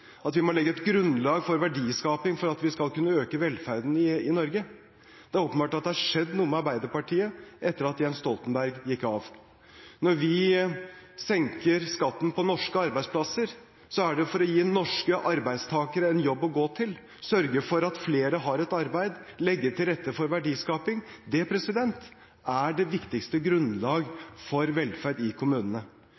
at vi må legge et grunnlag for verdiskaping for at vi skal kunne øke velferden i Norge. Det er åpenbart at det har skjedd noe med Arbeiderpartiet etter at Jens Stoltenberg gikk av. Når vi senker skatten på norske arbeidsplasser, er det for å gi norske arbeidstakere en jobb å gå til, sørge for at flere har et arbeid og legge til rette for verdiskaping. Det er det viktigste grunnlag